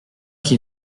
qui